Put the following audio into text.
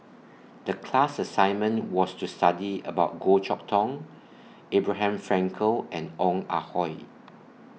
The class assignment was to study about Goh Chok Tong Abraham Frankel and Ong Ah Hoi